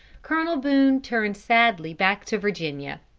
colonel boone turned sadly back to virginia.